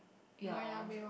ya